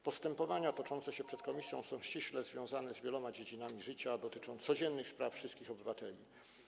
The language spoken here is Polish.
Postępowania toczące się przed komisją są ściśle związane z wieloma dziedzinami życia, dotyczą codziennych spraw wszystkich obywateli.